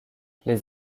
les